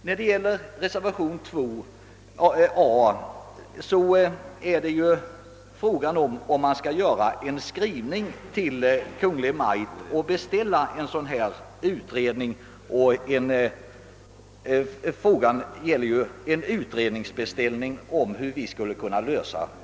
I reservationen 2 a föreslås att riksdagen hos Kungl. Maj:t skall beställa en utredning av frågan hur dessa problem skall kunna lösas.